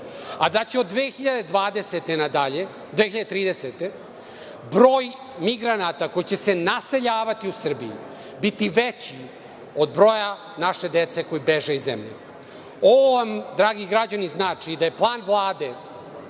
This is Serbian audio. pa na dalje, broj emigranata koji će se naseljavati u Srbiji biti veći od broja naše deca koja beže iz zemlje. Ovo vam dragi građani, znači da je plan Vlade